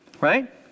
right